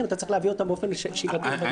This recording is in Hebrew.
צריך להביא באופן שגרתי לבית המשפט.